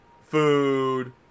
food